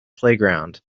playground